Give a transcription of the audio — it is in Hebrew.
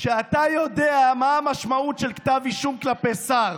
שאתה יודע מה המשמעות של כתב אישום כלפי שר.